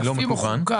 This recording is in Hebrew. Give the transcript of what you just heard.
לא "מקוון".